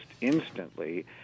instantly